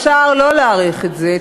אפשר שלא להאריך את זה,